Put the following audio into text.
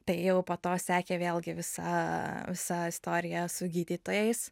tai jau po to sekė vėlgi visa visa istorija su gydytojais